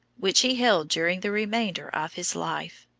which he held during the remainder of his life.